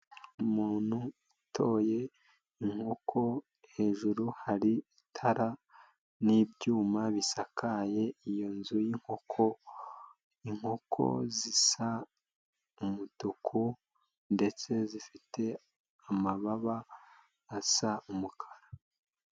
Umuntu utoye inkoko hejuru hari itara n'ibyuma bisakaye iyo nzu y'inkoko, inkoko zisa umutuku ndetse zifite amababa asa umukara.